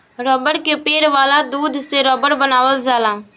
रबड़ के पेड़ वाला दूध से रबड़ बनावल जाला